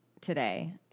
today